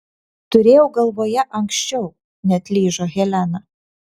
turėjau galvoje anksčiau neatlyžo helena